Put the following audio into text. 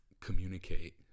communicate